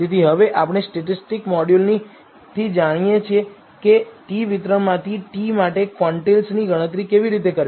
તેથી હવે આપણે સ્ટેટિસ્ટિક મોડ્યુલથી જાણીએ છીએ કે t વિતરણમાંથી t માટે ક્વોન્ટિલ્સની ગણતરી કેવી રીતે કરવી